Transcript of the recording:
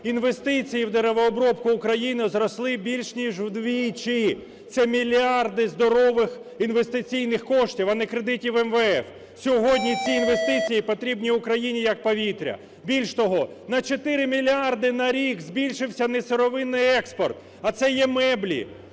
інвестиції в деревообробку України зросли більш ніж вдвічі. Це мільярди здорових інвестиційних коштів, а не кредитів МВФ. Сьогодні ці інвестиції потрібні Україні як повітря. Більш того, на 4 мільярди на рік збільшився несировинний експорт, а це є меблі,